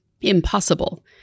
Impossible